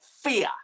fear